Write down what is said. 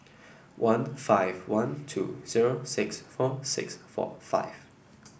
one five one two zero six four six four five